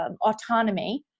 autonomy